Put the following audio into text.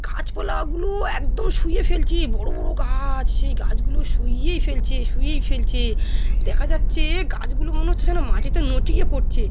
গাছপালাগুলো একদম শুয়ে ফেলছে বড় বড় গাছ সেই গাছগুলো শুয়েই ফেলছে শুয়েই ফেলছে দেখা যাচ্ছে গাছগুলো মনে হচ্ছে যেন মাটিতে নটিয়ে পড়ছে